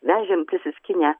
vežėm prisiskynę